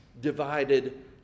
divided